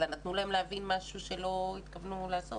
אלא נתנו להן להבין משהו שלא התכוונו לעשות.